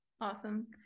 awesome